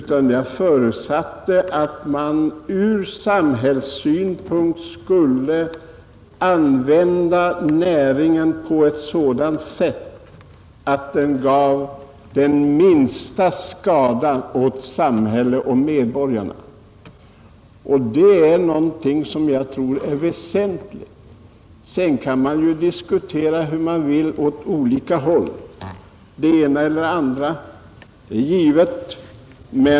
Jag har förutsatt att samhället skulle driva denna näring på ett sådant sätt att det blev minsta möjliga skadeverkningar på samhället och medborgarna. Det är någonting som jag tror är väsentligt. Sedan kan man naturligtvis diskutera hur man vill åt det ena eller andra hållet.